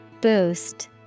Boost